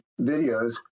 videos